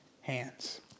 hands